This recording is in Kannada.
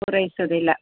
ಪೂರೈಸೋದಿಲ್ಲ